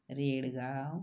Redgaon